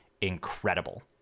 incredible